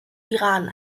iran